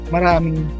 Maraming